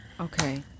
Okay